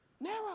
Narrow